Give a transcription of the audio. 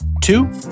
Two